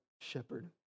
shepherd